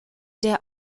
der